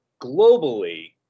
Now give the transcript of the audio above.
globally